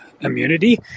immunity